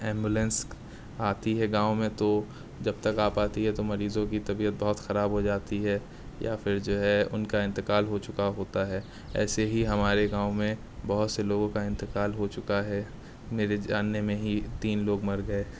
ambulance آتی ہے گاؤں میں تو جب تک آ پاتی ہے تو مریضوں کی طبیعت بہت خراب ہو جاتی ہے یا پھر جو ہے ان کا انتقال ہو چکا ہوتا ہے ایسے ہی ہمارے گاؤں میں بہت سے لوگوں کا انتقال ہو چکا ہے میرے جاننے میں ہی تین لوگ مر گئے